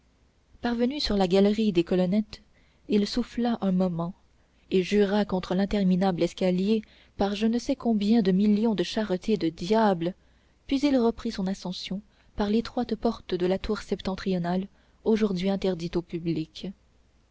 parvenu sur la galerie des colonnettes il souffla un moment et jura contre l'interminable escalier par je ne sais combien de millions de charretées de diables puis il reprit son ascension par l'étroite porte de la tour septentrionale aujourd'hui interdite au public